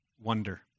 wonder